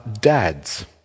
dads